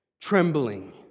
trembling